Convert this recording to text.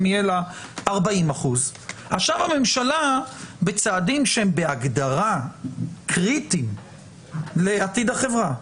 יהיה לה 40%. עכשיו הממשלה בצעדים שהם בהגדרה קריטיים לעתיד החברה,